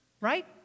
Right